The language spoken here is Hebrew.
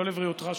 לבריאותי?